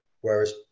whereas